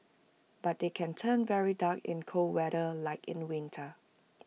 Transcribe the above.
but they can turn very dark in cold weather like in the winter